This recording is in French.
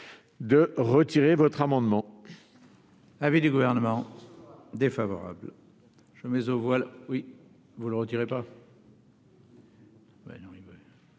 retirer votre amendement.